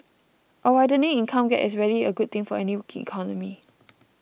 a widening income gap is rarely a good thing for any economy